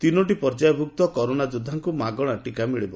ତିନୋଟି ପର୍ଯ୍ୟାୟଭୁକ୍ତ କରୋନା ଯୋଦ୍ଧାଙ୍କୁ ମାଗଣା ଟୀକା ମିଳିବ